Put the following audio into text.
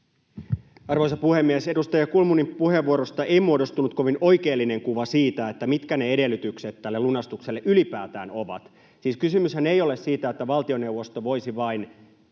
Arvoisa puhemies! Edustaja Kulmunin puheenvuorosta ei muodostunut kovin oikeellinen kuva siitä, mitkä ne edellytykset tälle lunastukselle ylipäätään ovat. Kysymyshän ei ole siitä, että valtioneuvosto voisi vain